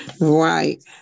Right